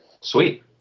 Sweet